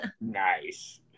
nice